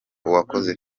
uwakoze